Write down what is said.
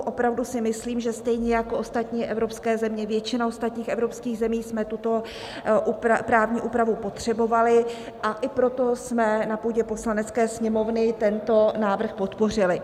Opravdu si myslím, že stejně jako ostatní evropské země, většina ostatních evropských zemí, jsme tuto právní úpravu potřebovali, a i proto jsme na půdě Poslanecké sněmovny tento návrh podpořili.